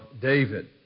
David